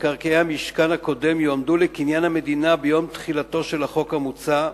מקרקעי המשכן הקודם יועמדו לקניין המדינה ביום תחילתו של החוק המוצע,